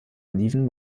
oliven